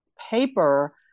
paper